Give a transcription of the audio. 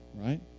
right